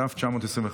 כ/921.